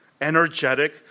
Energetic